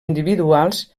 individuals